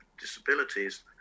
disabilities